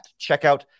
checkout